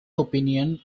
opinion